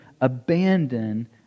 abandon